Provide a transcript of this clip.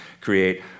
create